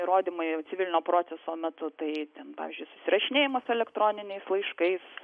įrodymai civilinio proceso metu tai ten pavyzdžiui susirašinėjimas elektroninis laiškais